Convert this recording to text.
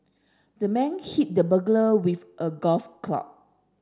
the man hit the burglar with a golf club